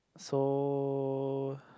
so